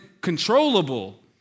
controllable